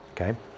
Okay